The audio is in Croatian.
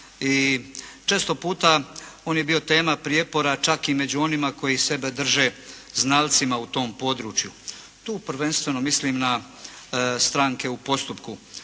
i često puta on je bio tema prijepora čak i među onima koji sebe drže znalcima u tom području. Tu prvenstveno mislim na stranke u postupku,